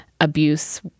abuse